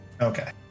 okay